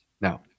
Now